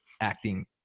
acting